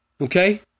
Okay